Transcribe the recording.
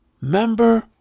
member